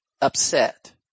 upset